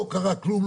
לא קרה כלום,